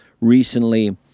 recently